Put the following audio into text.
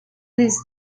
these